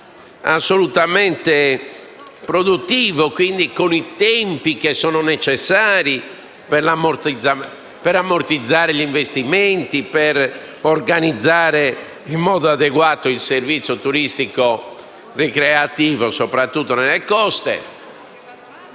in modo produttivo e con i tempi che sono necessari per ammortizzare gli investimenti e organizzare in modo adeguato il servizio turistico-ricreativo, soprattutto sulle coste;